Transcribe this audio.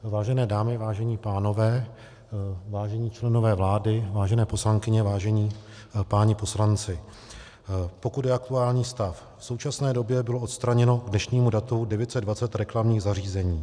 Vážené dámy, vážení pánové, vážení členové vlády, vážení poslankyně, vážení páni poslanci, pokud jde o aktuální stav, v současné době bylo odstraněno k dnešnímu datu 920 reklamních zařízení.